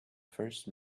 first